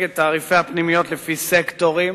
את תעריפי הפנימיות לפי סקטורים